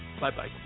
Bye-bye